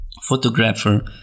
photographer